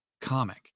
comic